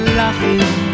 laughing